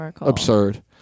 absurd